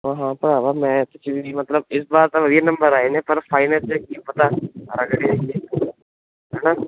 ਹਾਂ ਭਰਾਵਾ ਮੈਥ 'ਚ ਵੀ ਮਤਲਬ ਇਸ ਵਾਰ ਤਾਂ ਵਧੀਆ ਨੰਬਰ ਆਏ ਨੇ ਪਰ ਫਾਈਨੈਂਸ ਦੇ ਕੀ ਪਤਾ ਹੈ ਨਾ